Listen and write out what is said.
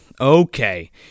okay